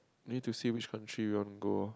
you need to see which country you want go